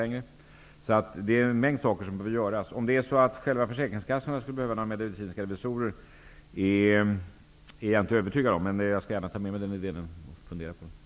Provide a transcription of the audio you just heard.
Det är således en mängd saker som behöver göras. När det gäller försäkringskassornas behov av medicinska revisorer är jag inte övertygad. Men jag tar gärna med mig den idén och skall fundera över den.